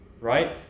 right